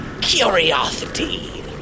curiosity